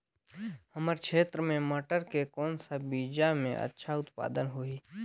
हमर क्षेत्र मे मटर के कौन सा बीजा मे अच्छा उत्पादन होही?